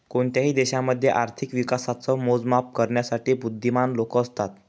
कोणत्याही देशामध्ये आर्थिक विकासाच मोजमाप करण्यासाठी बुध्दीमान लोक असतात